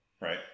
Right